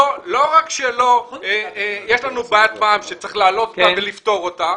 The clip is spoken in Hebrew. רק שיש לנו בעיית מע"מ שצריך להעלות אותה ולפתור אותה,